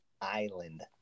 Island